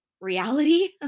reality